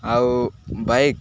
ଆଉ ବାଇକ୍